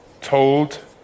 told